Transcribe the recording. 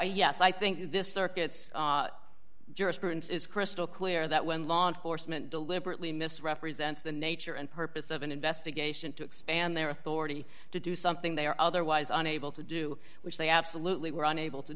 i think this circuit's jurisprudence is crystal clear that when law enforcement deliberately misrepresented the nature and purpose of an investigation to expand their authority to do something they are otherwise unable to do which they absolutely were unable to